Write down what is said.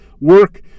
work